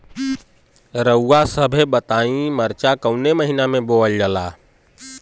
रउआ सभ बताई मरचा कवने महीना में बोवल जाला?